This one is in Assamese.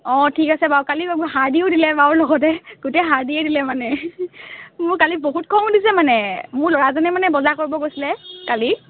অঁ ঠিক আছে বাৰু কালি দেখু হাৰ্ডিয়ো দিলে বাৰু লগতে গোটেই হাৰ্ডিয়ে দিলে মানে মোৰ কালি বহুত খং উঠিছে মানে মোৰ ল'ৰাজনে মানে বজাৰ কৰিব গৈছিলে কালি